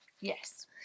Yes